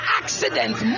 accidents